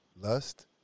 lust